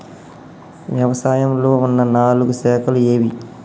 వ్యవసాయంలో ఉన్న నాలుగు శాఖలు ఏవి?